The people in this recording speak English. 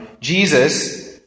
Jesus